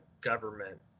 government